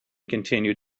continued